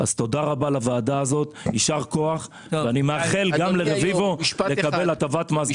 היום לנהל עיר מעורבת במדינת ישראל זה